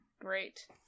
Great